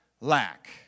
lack